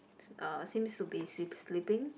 uh seems to be sleep sleeping